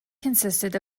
consisted